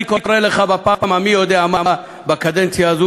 אני קורא לך בפעם המי-יודע-כמה בקדנציה הזאת,